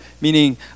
meaning